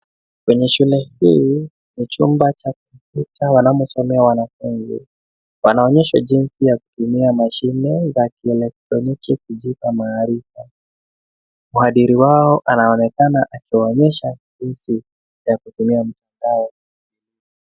Kwenye shule hii, ni chumba cha kompyuta wanamosomea wanafunzi. Wanaonyeshwa jinsi ya kutumia mashine za kielektroniki kujipa maarifa. Mhadiri wao anaonekana akiwaonyesha jinsi ya kutumia mtandao.